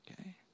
Okay